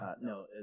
no